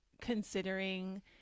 considering